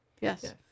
Yes